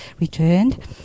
returned